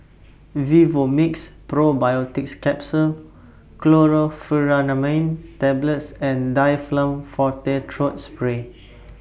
Vivomixx Probiotics Capsule Chlorpheniramine Tablets and Difflam Forte Throat Spray